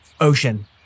Ocean